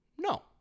No